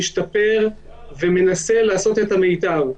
משתפר ומנסה לעשות את המיטב.